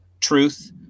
truth